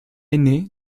aîné